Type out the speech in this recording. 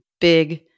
big